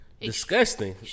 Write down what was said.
Disgusting